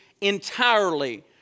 entirely